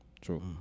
True